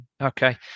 Okay